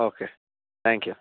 okay thank you